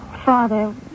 Father